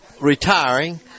retiring